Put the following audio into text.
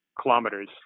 kilometers